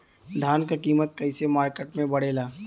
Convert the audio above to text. धान क कीमत कईसे मार्केट में बड़ेला?